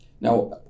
Now